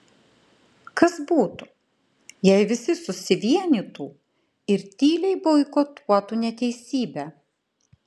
kas būtų jei visi susivienytų ir tyliai boikotuotų neteisybę